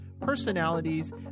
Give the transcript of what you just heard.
personalities